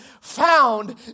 found